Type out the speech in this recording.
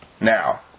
now